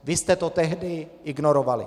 Vy jste to tehdy ignorovali.